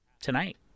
tonight